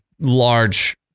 large